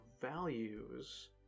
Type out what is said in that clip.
values